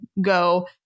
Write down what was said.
go